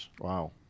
Wow